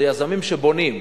זה יזמים שבונים.